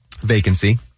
vacancy